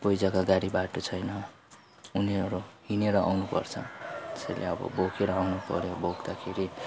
कोही जग्गा गाडी बाटो छैन उनीहरू हिँडेर आउनुपर्छ त्यसैले अब बोकेर आउनु पऱ्यो बोक्दाखेरि